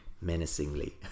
menacingly